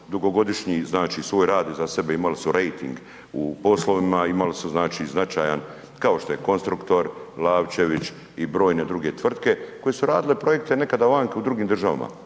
dugogodišnji znači svoj rad iza sebe, imale su rejting u poslovima, imali su znači značajan kao što je Konstruktor, Lavčević i brojne druge tvrtke koje su radile projekte nekada vanka u drugim državama